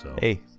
Hey